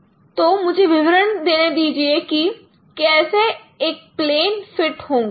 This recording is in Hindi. तुम मुझे विवरण देने दीजिए कि कैसे एक प्लेन फिट होगा